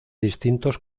distintos